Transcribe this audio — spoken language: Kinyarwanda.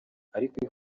ariko